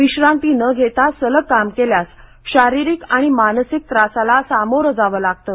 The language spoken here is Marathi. विश्रांती न घेता सलग काम केल्यास शारिरिक आणि मानसिक त्रासाला सामोरं जावं लागतं